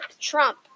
Trump